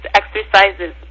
exercises